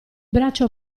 braccio